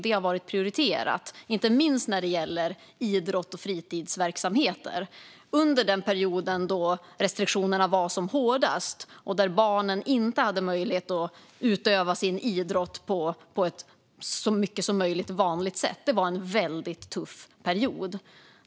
Det har varit prioriterat, inte minst när det gäller idrotts och fritidsverksamheter. Den period då restriktionerna var som hårdast och då barnen inte hade möjlighet att utöva sin idrott på ett så vanligt och normalt sätt som möjligt var en väldigt tuff period.